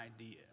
idea